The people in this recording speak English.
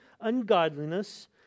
ungodliness